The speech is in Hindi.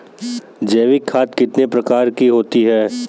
जैविक खाद कितने प्रकार की होती हैं?